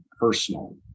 personal